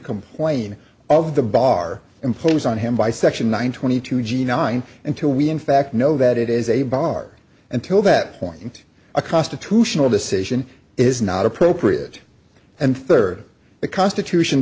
complain of the bar imposed on him by section nine twenty two g nine until we in fact know that it is a bar until that point a constitutional decision is not appropriate and third the constitution